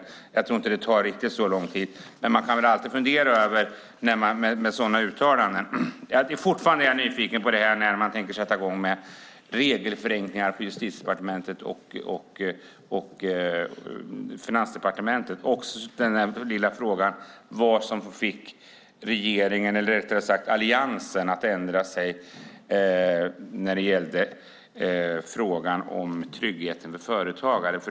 Jag tror inte att det tar riktigt så lång tid, men det går alltid att fundera över sådana uttalanden. Jag är fortfarande nyfiken på när man tänker sätta i gång med regelförenklingar på Justitiedepartementet och Finansdepartementet. Det gäller också den lilla frågan vad som fick regeringen eller rättare sagt Alliansen att ändra sig när det gällde frågan om tryggheten för företagare.